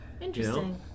Interesting